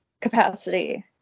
capacity